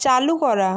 চালু করা